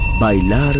Bailar